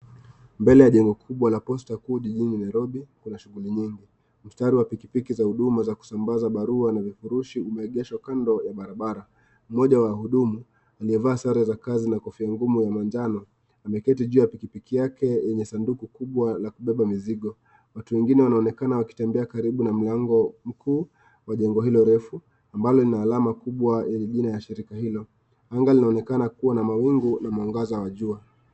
Mbele ya jengo kubwa la posta kuu jijini Nairobi, kuna shughuli nyingi. Mstari wa pikipiki za huduma za kusambaza barua na vifurushi umeegeshwa kando ya barabara. Mmoja wa wahudumu aliyevaa sare za kazi na kofia ngumu ya manjano ameketi juu ya pikipiki yake yenye sanduku kubwa la kubeba mizigo. Watu wengine wanaonekana wakitembea karibu na mlango mkuu wa jengo hilo refu, ambalo lina alama kubwa yenye jina ya shirika hilo. Anga linaonekana kuwa na mawingu na mwanga wa jua.